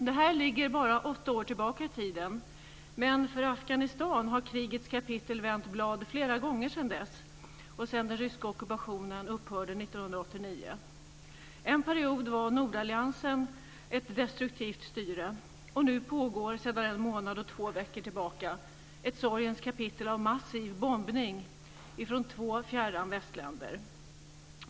Det här ligger bara åtta år tillbaka i tiden, men sedan dess, och sedan den ryska ockupationen upphörde 1989, har bladen i krigets kapitel för Afghanistan vänts flera gånger. Under en period utövade nordalliansen ett destruktivt styre, och nu pågår sedan en månad och två veckor tillbaka ett sorgens kapitel av massiv bombning från två fjärran västländer.